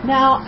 Now